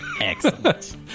Excellent